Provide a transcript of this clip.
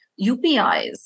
UPIs